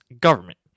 government